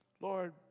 Lord